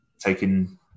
taking